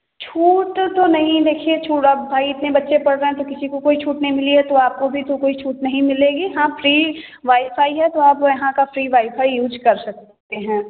छूट तो नहीं देखिए छोड़ा भाई इतने बच्चे पढ़ रहें तो किसी को कोई छूट नहीं मिली है तो आपको भी तो कोई छूट नहीं मिलेगी हाँ फ्री वाईफाई है तो आप यहाँ का फ्री वाईफाई यूज कर सकते हैं